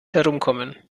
herumkommen